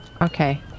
Okay